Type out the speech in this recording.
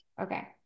okay